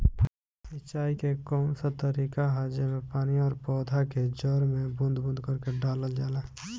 सिंचाई क कउन सा तरीका ह जेम्मे पानी और पौधा क जड़ में बूंद बूंद करके डालल जाला?